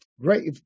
Great